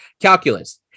calculus